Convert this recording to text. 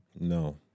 No